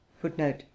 footnote